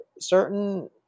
certain